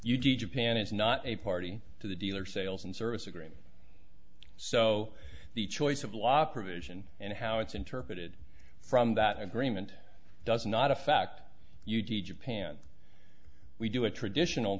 you japan is not a party to the dealer sales and service agreement so the choice of law provision and how it's interpreted from that agreement does not affect you de japan we do a traditional